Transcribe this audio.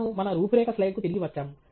మనము మన రూపురేఖ స్లైడ్కు తిరిగి వచ్చాము